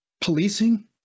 Policing